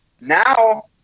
Now